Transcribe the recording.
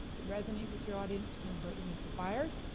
resonate with your audience, converting them into buyers.